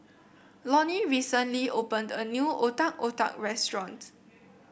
Lonnie recently opened a new Otak Otak restaurant